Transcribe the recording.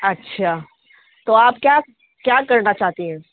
اچھا تو آپ کیا کیا کرنا چاہتے ہیں